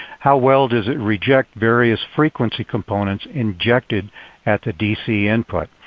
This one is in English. how well does it reject various frequency components injected at the dc input?